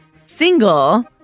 single